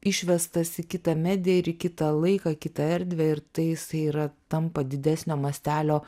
išvestas į kitą mediją ir į kitą laiką kitą erdvę ir tai jisai yra tampa didesnio mastelio